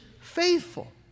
faithful